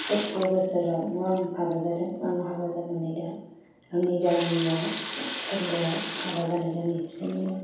सत्र बोसोरावनो आं हाबा जादों आं हाबा जानानै दा आंनि गामिआ सल्ल'आव हाबा जानाय गामि फिसायनिआ